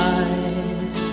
eyes